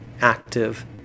active